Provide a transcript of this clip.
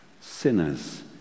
sinners